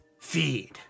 feed